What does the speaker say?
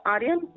Aryan